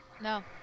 No